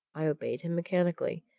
i obeyed him mechanically,